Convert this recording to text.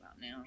now